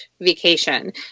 vacation